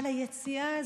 אבל היציאה הזאת,